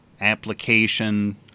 application